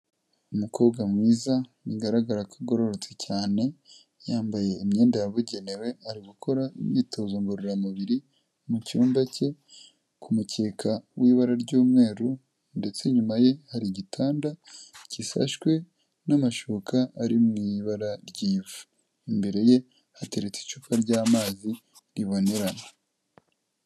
Umukobwa mwiza bigaragara ko agororotse cyane, yambaye imyenda yabugenewe ari gukora imyitozo ngororamubiri mu cyumba cye, ku mukeka w'ibara ry'umweru, ndetse inyuma ye hari igitanda gifashwe n'amashuka ari mu ibara ry'ivu. Imbere ye hateretse icupa ry'amazi ribonerana.